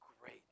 great